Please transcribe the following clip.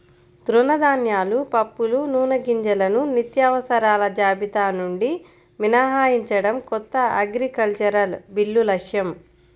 తృణధాన్యాలు, పప్పులు, నూనెగింజలను నిత్యావసరాల జాబితా నుండి మినహాయించడం కొత్త అగ్రికల్చరల్ బిల్లు లక్ష్యం